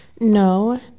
No